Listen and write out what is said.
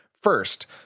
first